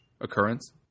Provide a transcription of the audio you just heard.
occurrence